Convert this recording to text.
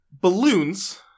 Balloons